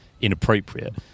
inappropriate